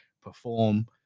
perform